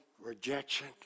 rejection